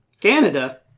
Canada